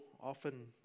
often